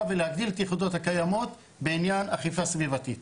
ולהגדיל את היחידות הקיימות בעניין אכיפה סביבתית.